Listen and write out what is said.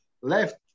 left